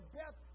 death